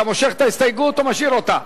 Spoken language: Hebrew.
אתה מושך את ההסתייגות או משאיר אותה?